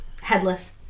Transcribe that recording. headless